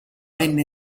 venne